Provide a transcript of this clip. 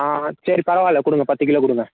ஆ சரி பரவா இல்லை கொடுங்க பத்து கிலோ கொடுங்க